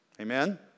Amen